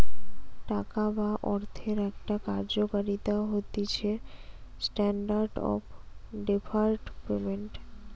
টাকা বা অর্থের একটা কার্যকারিতা হতিছেস্ট্যান্ডার্ড অফ ডেফার্ড পেমেন্ট